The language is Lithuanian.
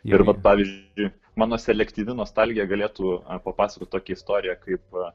ir vat pavyzdžiui mano selektyvi nostalgija galėtų papasakot tokią istorija kaip